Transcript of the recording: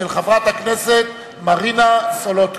של חברת הכנסת מרינה סולודקין.